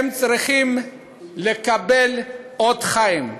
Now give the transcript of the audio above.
הם צריכים לקבל אות חיים.